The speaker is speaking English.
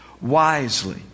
wisely